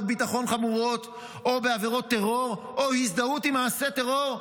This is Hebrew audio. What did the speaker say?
ביטחון חמורות או בעבירות טרור או הזדהות עם מעשי טרור בפומבי,